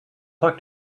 talk